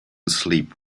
sleep